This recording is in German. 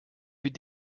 wie